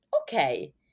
okay